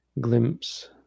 glimpse